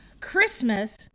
Christmas